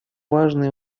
важные